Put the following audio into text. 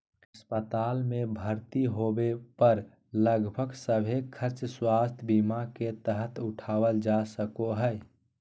अस्पताल मे भर्ती होबे पर लगभग सभे खर्च स्वास्थ्य बीमा के तहत उठावल जा सको हय